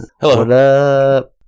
Hello